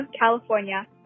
California